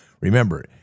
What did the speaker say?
remember